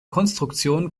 konstruktion